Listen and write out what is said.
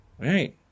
Right